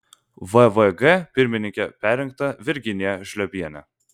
vvg pirmininke perrinkta virginija žliobienė